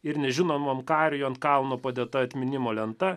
ir nežinomam kariui ant kalno padėta atminimo lenta